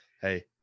hey